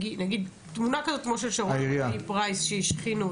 תמונה כזאת כמו של שרון אלרעי פרייס שהשחיתו,